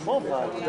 הבקשה אושרה.